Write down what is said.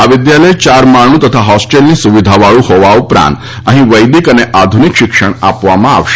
આ વિદ્યાલય ચાર માળનું તથા હોસ્ટેલની સુવિધાવાળું હોવા ઉપરાંત અહીં વૈદિક તથા આધુનિક શિક્ષણ આપવામાં આવશે